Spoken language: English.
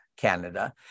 Canada